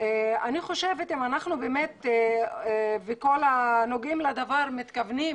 אם אנחנו וכל הנוגעים בדבר מתכוונים